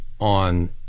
on